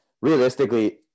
realistically